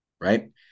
right